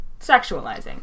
sexualizing